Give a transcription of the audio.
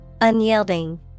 Unyielding